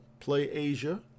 PlayAsia